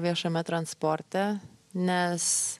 viešame transporte nes